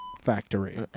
Factory